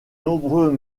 nombreux